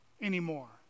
anymore